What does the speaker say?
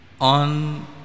on